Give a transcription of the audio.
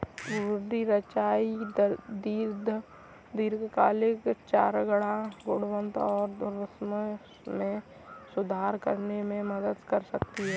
घूर्णी चराई दीर्घकालिक चारागाह गुणवत्ता और उर्वरता में सुधार करने में मदद कर सकती है